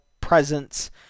presence